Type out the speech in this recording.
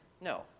No